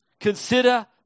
consider